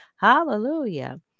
hallelujah